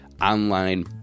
online